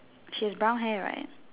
she has brown hair right